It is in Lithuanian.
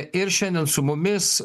ir šiandien su mumis